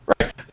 Right